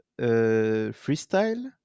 freestyle